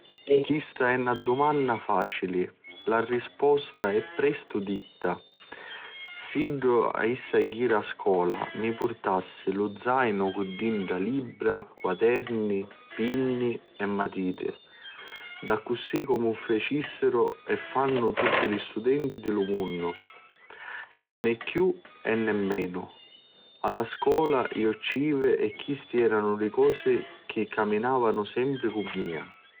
Chista è na dumanna facili. La risposta è prestu ditta. Siddu jissi a la scola mi purtassi lu zainu cu dintra libbra, quaterni, pinni e matiti, d'accussi comu facissiru e fannu tutti li studenti di lu munnu. Ne chiù e ne menu. A la scola iu ci jivi e chisti eranu li cosi chi caminavanu sempri cu mia.